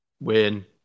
Win